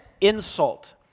insult